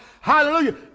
hallelujah